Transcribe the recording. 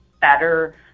better